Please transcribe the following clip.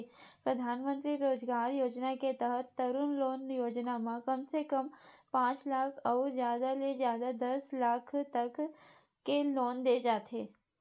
परधानमंतरी रोजगार योजना के तहत तरून लोन योजना म कम से कम पांच लाख अउ जादा ले जादा दस लाख तक के लोन दे जाथे